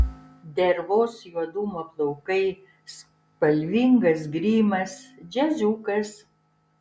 dervos juodumo plaukai spalvingas grimas džiaziukas